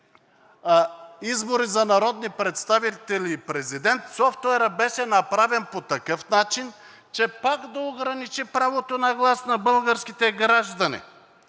избори за народни представители и президент, софтуерът беше направен по такъв начин, че пак да ограничи правото на глас на българските граждани